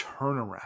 turnaround